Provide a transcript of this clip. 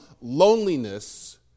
loneliness